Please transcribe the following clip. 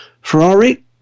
Ferrari